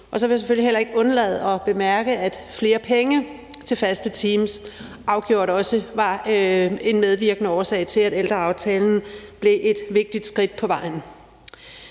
Så vil jeg selvfølgelig heller ikke undlade at bemærke, at flere penge til faste teams afgjort også var en medvirkende årsag til, at ældreaftalen blev et vigtigt skridt på vejen.